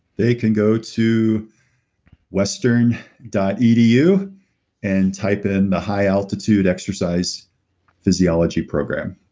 they can go to western dot edu and type in the high altitude exercise physiology program.